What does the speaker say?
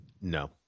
No